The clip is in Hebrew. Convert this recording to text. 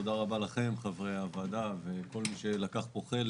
ותודה רבה לכם חברי הוועדה וכל מי שלקח פה חלק.